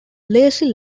lazy